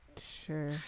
sure